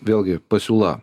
vėlgi pasiūla